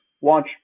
watch